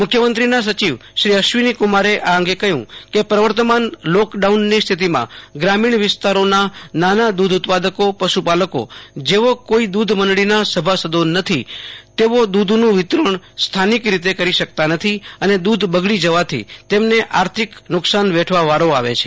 મુખ્યમંત્રીના સચિવ શ્રી અશ્વિનોકુમારે આ અંગે કહયું કે પ્રવર્તમાન લોકડાઉનની સ્થિતિમાં ગ્રા મણ વિસ્તારોના નાના દધ ઉત્પાદકો પશુપાલકો જેઓ કોઈ દૂધ મડળીના સભાસદો નથી તેઓ દૂધનું વિ તરણ સ્થાનિક રીતે કરી શકતા નથી અને દધ બગડી જવાથી તેમને આથિક નકશાન વેઠવાનો વારો આવે છે